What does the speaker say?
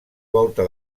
volta